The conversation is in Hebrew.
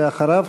ואחריו,